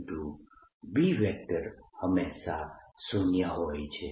B હંમેશા શૂન્ય હોય છે